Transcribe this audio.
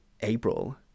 april